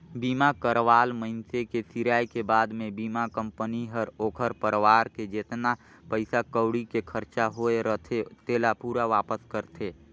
बीमा करवाल मइनसे के सिराय के बाद मे बीमा कंपनी हर ओखर परवार के जेतना पइसा कउड़ी के खरचा होये रथे तेला पूरा वापस करथे